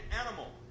animal